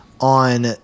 on